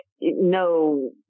no